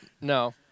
No